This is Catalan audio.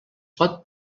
pot